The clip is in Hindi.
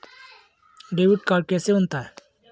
डेबिट कार्ड कैसे बनता है?